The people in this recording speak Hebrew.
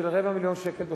של רבע מיליון שקל בחודש.